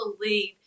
believe